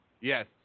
Yes